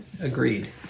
Agreed